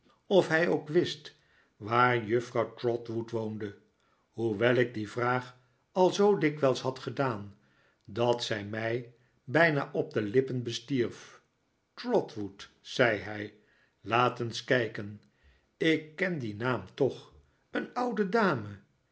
mijn tante ook wist waar juffrouw trotwood woonde hoewel ik die vraag al zoo dikwijls had gedaan dat zij mij bijna op de lippen bestierf trotwood zei hij laat eens kijken ik ken dien naam toch een oude dame